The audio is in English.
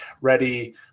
ready